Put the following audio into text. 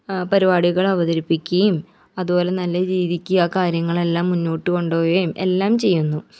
പരിപാടികളവതരിപ്പിക്യേം അതുപോലെ നല്ല രീതിക്ക് ആ കാര്യങ്ങളെല്ലാം മുന്നോട്ട് കൊണ്ട് പോവേം എല്ലാം ചെയ്യുന്നു